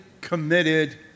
committed